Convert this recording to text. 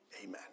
Amen